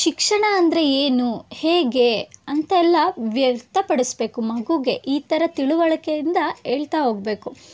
ಶಿಕ್ಷಣ ಅಂದರೆ ಏನು ಹೇಗೆ ಅಂತ ಎಲ್ಲ ವ್ಯಕ್ತ ಪಡಿಸ್ಬೇಕು ಮಗೂಗೆ ಈ ಥರ ತಿಳಿವಳ್ಕೆಯಿಂದ ಹೇಳ್ತಾ ಹೋಗ್ಬೇಕು